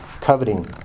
coveting